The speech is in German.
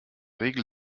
regel